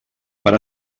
per